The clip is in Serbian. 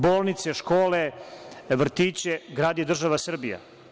Bolnice, škole, vrtiće gradi država Srbija.